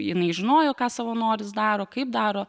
jinai žinojo ką savanoris daro kaip daro